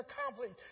accomplished